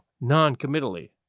noncommittally